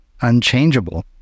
unchangeable